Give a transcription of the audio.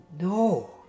No